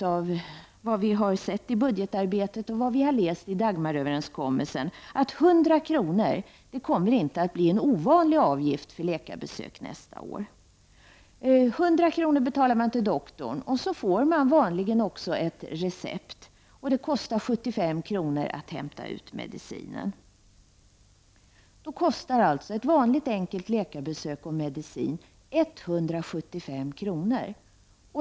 Av budgetarbetet och av Dagmaröverenskommelsen framgår att 100 kr. inte kommer att vara någon ovanlig avgift för läkarbesök nästa år. 100 kr. betalar man till doktorn. Vanligen får man vid besöket ett recept. Det kostar 75 kr. att hämta ut medicin på det receptet. Således kostar ett vanligt enkelt läkarbesök och medicin 175 kr.